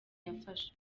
yafashe